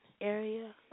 area